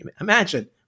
Imagine